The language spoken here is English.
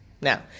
Now